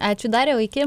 ačiū dariau iki